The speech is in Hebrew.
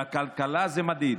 בכלכלה זה מדאיג,